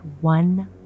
one